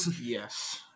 Yes